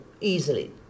easily